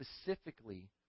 specifically